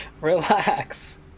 Relax